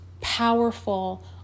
powerful